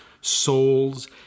souls